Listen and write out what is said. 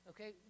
Okay